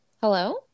hello